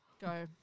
Go